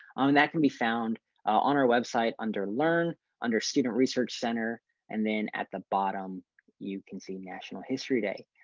on that can be found on our website under learn under student research cener and then at the bottom you can see national history day.